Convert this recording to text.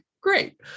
Great